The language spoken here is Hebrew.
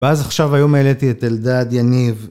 ואז עכשיו היום העליתי את אלדד, יניב...